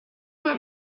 mal